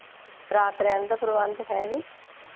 ਰਾਤ ਰਹਿਣ ਦਾ ਪ੍ਰਬੰਧ ਹੈ ਜੀ